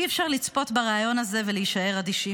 אי-אפשר לצפות בראיון הזה ולהישאר אדישים.